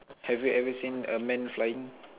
have you ever seen a man flying